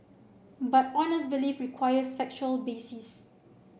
but honest belief requires factual basis